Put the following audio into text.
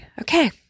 Okay